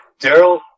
Daryl